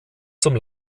zum